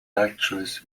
actress